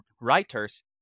writers